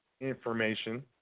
information